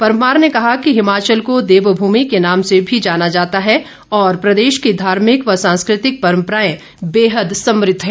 परमार ने कहा कि हिमाचल को देव भूमि के नाम से भी जाना जाता है और प्रदेश की धार्मिक व सांस्कृतिक परम्पराएं बेहद समृद्ध है